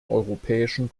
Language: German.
europäischen